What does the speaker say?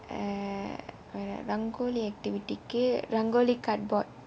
uh rangoli activity K rangoli cardboard